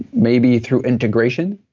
maybe through integration.